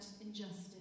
injustice